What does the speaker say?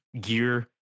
gear